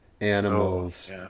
animals